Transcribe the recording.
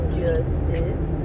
justice